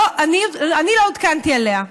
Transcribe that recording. אני לא עודכנתי עליה.